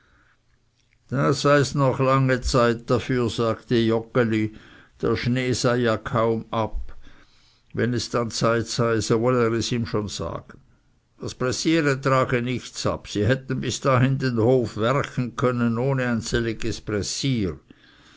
da seis noch lange zeit dafür sagte joggeli der schnee sei ja kaum ab wenn es dann zeit sei so wolle er es ihm schon sagen das pressiere trage nichts ab sie hätten bis dahin den hof werchen können ohne ein sellig pressier